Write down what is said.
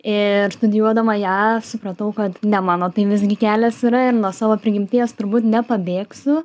ir studijuodama ją supratau kad ne mano tai visgi kelias yra ir nuo savo prigimties turbūt nepabėgsiu